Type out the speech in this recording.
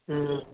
हाँ